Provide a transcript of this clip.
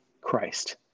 christ